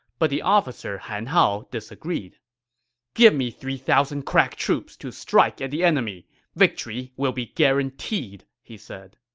but the officer han hao disagreed give me three thousand crack troops to strike at the enemy victory will be guaranteed! he said